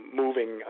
moving